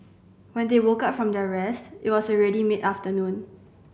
when they woke up from their rest it was already mid afternoon